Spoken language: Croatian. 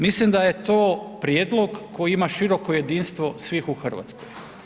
Mislim da je to prijedlog koje ima široko jedinstvo svih u Hrvatskoj.